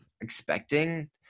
expecting